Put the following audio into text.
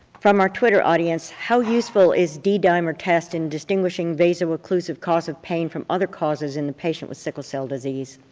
from our twitter audience, how useful is d-dimer test in distinguishing vasoocclusive cause of pain from other causes in the patient with sickle cell disease?